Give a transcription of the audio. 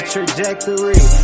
Trajectory